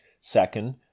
Second